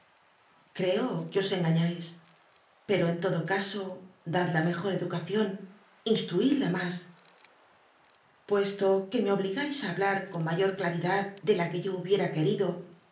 creo que os engañais pero en todo caso dad la mejor cducacion instl'uidla mas puesto que me obligais i hablar con mayor claridad de la que yo hubiera querido os